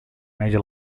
major